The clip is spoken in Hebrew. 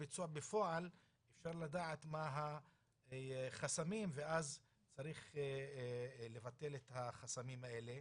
אפשר לדעת מה החסמים ואז צריך לבטל את החסמים האלה.